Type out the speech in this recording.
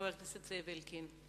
חבר הכנסת זאב אלקין.